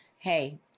Hey